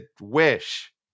Wish